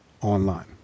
online